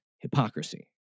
Hypocrisy